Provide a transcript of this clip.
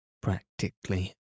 practically